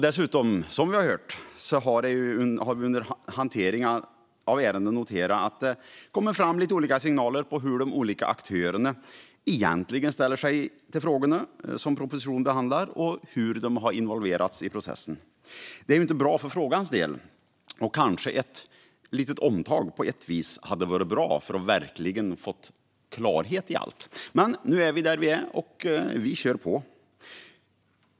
Dessutom, som vi har hört, har vi under hanteringen av ärendet noterat att det kommer fram olika signaler om hur de olika aktörerna egentligen ställer sig till frågorna som propositionen behandlar och om hur de har involverats i processen. Det är inte bra, och för frågans del kanske ett omtag hade varit bra för att verkligen få klarhet i allt. Men nu är vi där vi är, och vi kör på.